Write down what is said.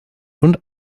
und